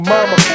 Mama